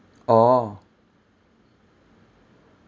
orh